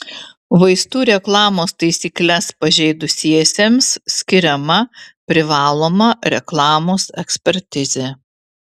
vaistų reklamos taisykles pažeidusiesiems skiriama privaloma reklamos ekspertizė